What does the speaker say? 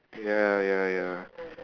ya ya ya